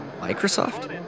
Microsoft